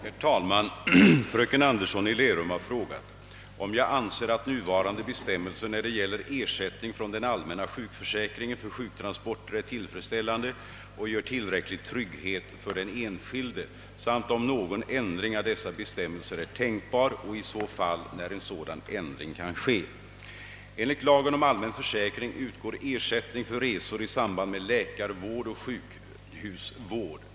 Herr talman! Fröken Anderson i Lerum har frågat, om jag anser att nuvarande bestämmelser när det gäller ersättning från den allmänna sjukförsäkringen för sjuktransporter är tillfreds ställande och ger tillräcklig trygghet för den enskilde samt om någon ändring av dessa bestämmelser är tänkbar och i så fall när en sådan ändring kan ske. Enligt lagen om allmän försäkring utgår ersättning för resor i samband med läkarvård och sjukhusvård.